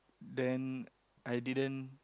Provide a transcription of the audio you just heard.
then I didn't